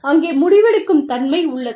அங்கே முடிவெடுக்கும் தன்மை உள்ளது